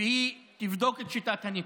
והיא תבדוק את שיטת הניקוד.